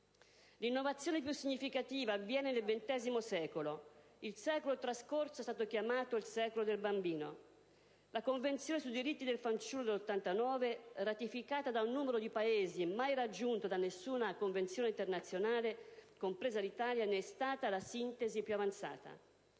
L'innovazione più significativa avviene nel XX secolo. Il secolo trascorso è stato chiamato il «secolo del bambino». La Convenzione sui diritti del fanciullo del 1989, ratificata da un numero di Paesi mai raggiunto da nessuna Convenzione internazionale, compresa l'Italia, ne è stata la sintesi più avanzata.